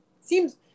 seems